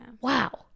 Wow